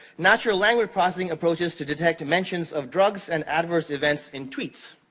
natural language processing approaches to detect mentions of drugs and adverse events in tweets.